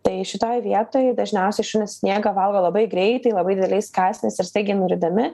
tai šitoj vietoj dažniausiai šunys sniegą valgo labai greitai labai dideliais kąsniais ir staigiai nurydami